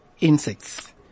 insects